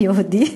מי יהודי,